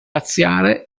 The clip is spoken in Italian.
razziare